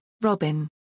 Robin